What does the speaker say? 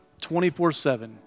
24-7